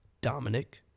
dominic